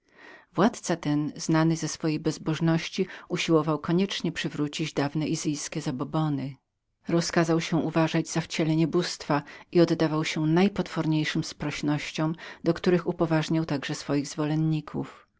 władzca ten znany z swojej bezbożności usiłował koniecznie przywrócić dawne izyjskie zabobony rozkazał się uważać za wcielenie bóstwa i oddawał się najpotworniejszym sprosnościom do których upoważniał także swoich